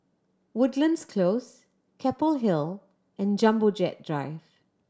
Woodlands Close Keppel Hill and Jumbo Jet Drive